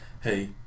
hey